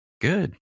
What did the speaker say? Good